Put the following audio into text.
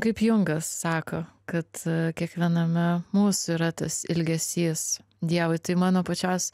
kaip jungas sako kad kiekviename mūsų yra tas ilgesys dievui tai mano pačios